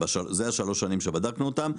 זה שלוש השנים שבדקנו אותם.